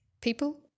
people